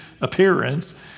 appearance